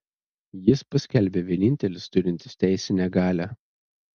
jis paskelbė vienintelis turintis teisinę galią